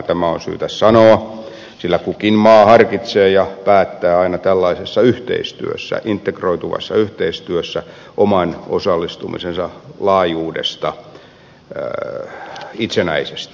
tämä on syytä sanoa sillä kukin maa harkitsee ja päättää aina tällaisessa yhteistyössä integroituvassa yhteistyössä oman osallistumisensa laajuudesta itsenäisesti